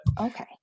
Okay